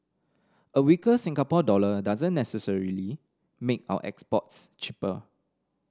a weaker Singapore dollar doesn't necessarily make our exports cheaper